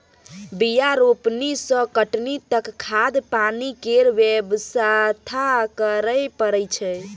बीया रोपनी सँ कटनी तक खाद पानि केर बेवस्था करय परय छै